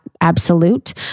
absolute